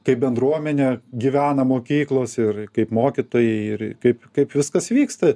kaip bendruomenė gyvena mokyklos ir kaip mokytojai ir kaip kaip viskas vyksta